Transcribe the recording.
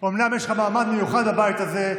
אומנם יש לך מעמד מיוחד בבית הזה,